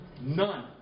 None